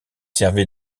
servaient